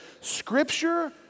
Scripture